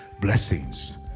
blessings